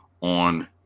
on